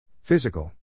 Physical